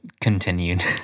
continued